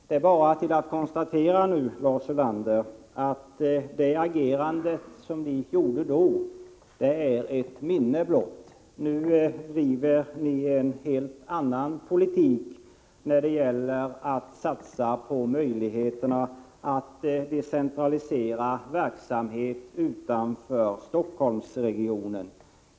Nu kan man bara konstatera, Lars Ulander, att ert agerande då är ett minne blott. Nu driver ni en helt annan politik när det gäller att satsa på möjligheterna att decentralisera verksamhet utanför Stockholmsregionen.